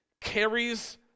carries